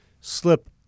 slip